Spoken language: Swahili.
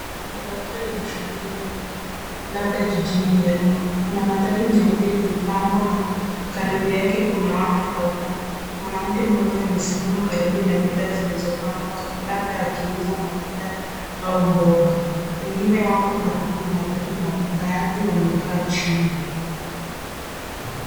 Barabara enye shughuli nyingi labda jijini Nairobi. Kuna matatu nyeupe uliopambwa na karibu yake kuna watu kadhaa. Mwanamke moja amesimama karibu na bidhaa zilizopangwa labda akiuza matunda au mboga. Wengine wako karibu na matatu na baadhi wamekaa chini.